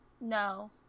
No